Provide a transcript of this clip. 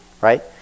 Right